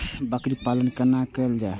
बकरी पालन केना कर जाय?